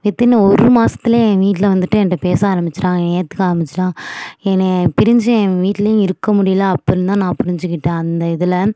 within ஒரு மாதத்துலயே ஏன் வீட்டில வந்துட்டு என்கிட்ட பேச ஆரம்பிச்சுவிட்டாங்க என்னை ஏற்றுக்க ஆரம்பிச்சுவிட்டாங்க என்னையை பிரிஞ்சு ஏன் வீட்லையும் இருக்க முடியல அப்பறம்தான் நான் புரிஞ்சுக்கிட்டேன் அந்த இதில்